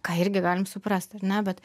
ką irgi galim suprast ar ne bet